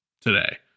today